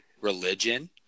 Religion